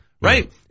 right